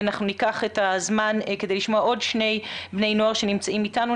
אנחנו ניקח את הזמן כדי לשמוע עוד שני בני נוער שנמצאים איתנו.